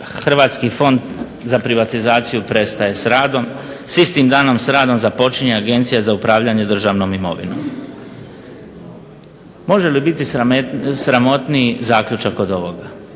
Hrvatski fond za privatizaciju prestaje s radom. Sa istim danom s radom započinje Agencija za upravljanje državnom imovinom. Može li biti sramotniji zaključak od ovoga?